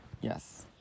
Yes